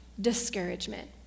discouragement